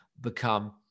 become